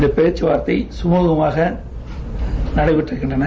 இந்த பேச்சுவார்த்தை சுமூகமாக நடைபெற்றிருக்கின்றன